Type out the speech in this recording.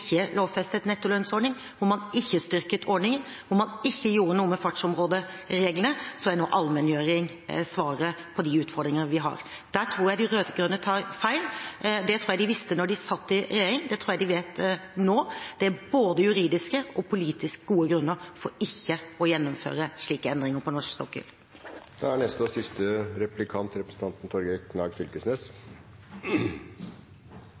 lovfestet nettolønnsordningen, ikke styrket ordningen, ikke gjorde noe med fartsområdereglene, er nå allmenngjøring svaret på de utfordringene vi har. Der tror jeg de rød-grønne tar feil. Det tror jeg de visste da de satt i regjering, og det tror jeg de vet nå. Det er både juridiske og politisk gode grunner for ikke å gjennomføre slike endringer på norsk sokkel. Norsk industri har ønskt ein klårare strategi frå regjeringa på industrifeltet og